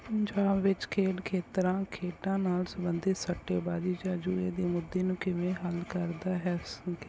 ਪੰਜਾਬ ਵਿੱਚ ਖੇਡ ਖੇਤਰਾਂ ਖੇਡਾਂ ਨਾਲ ਸੰਬੰਧਿਤ ਸੱਟੇਵਾਜੀ ਜਾਂ ਜੂਏ ਦੇ ਮੁੱਦੇ ਨੂੰ ਕਿਵੇਂ ਹੱਲ ਕਰਦਾ ਹੈ ਸੁਣ ਕੇ